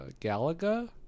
Galaga